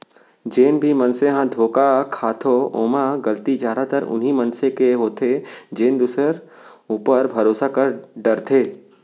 जेन भी मनसे ह धोखा खाथो ओमा गलती जादातर उहीं मनसे के होथे जेन दूसर ऊपर भरोसा कर डरथे